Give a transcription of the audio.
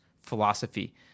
philosophy